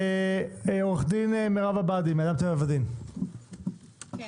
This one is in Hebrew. עורכת הדין מירב עבאדי, אדם, טבע ודין, בבקשה.